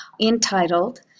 entitled